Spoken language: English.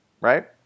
right